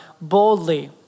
boldly